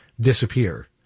disappear